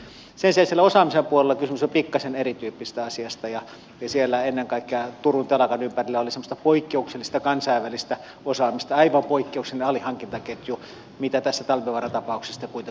sen sijaan siellä osaamisen puolella kysymys on pikkasen erityyppisestä asiasta ja ennen kaikkea siellä turun telakan ympärillä oli semmoista poikkeuksellista kansainvälistä osaamista aivan poikkeuksellinen alihankintaketju jota tässä talvivaaran tapauksessa kuitenkaan ei ehkä ole